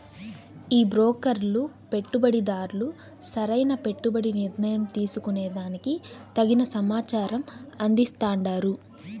ఈ బ్రోకర్లు పెట్టుబడిదార్లు సరైన పెట్టుబడి నిర్ణయం తీసుకునే దానికి తగిన సమాచారం అందిస్తాండారు